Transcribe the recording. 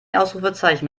ausrufezeichen